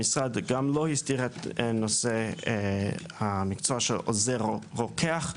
המשרד גם לא הסדיר את נושא המקצוע של עוזר רוקח,